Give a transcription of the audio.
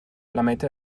lametta